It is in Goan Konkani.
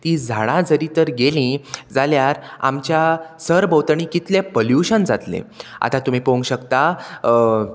तीं झाडां जरी तर गेलीं जाल्यार आमच्या सरभोंवतणी कितलें पोलुशन जातलें आतां तुमी पोवंक शकता